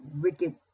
wicked